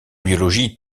biologie